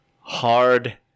Hard